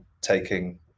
taking